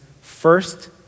first